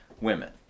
women